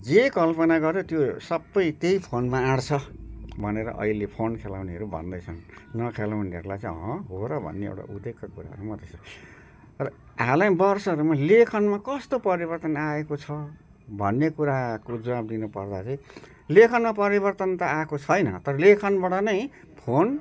जे कल्पना गर्यो त्यो सबै त्यही फोनमा अटँछ भनेर अहिले फोन खेलाउनेहरू भन्दैछन् नखेलाउनेहरूलाई चाहिँ हँ हो र भन्ने एउटा उदेकको कुराहरू मात्रै छ र हालै वर्षहरूमा लेखनमा कस्तो परिवर्तन आएको छ भन्ने कुराको जवाफ दिनु पर्दा चाहिँ लेखनमा परिवर्तन त आएको छैन तर लेखनबाट नै